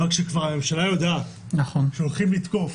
אבל כשכבר הממשלה יודעת שהולכים לתקוף